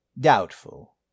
Doubtful